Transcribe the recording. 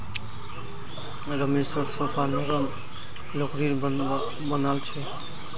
रमेशेर सोफा नरम लकड़ीर बनाल छ